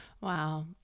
Wow